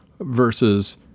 versus